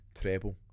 treble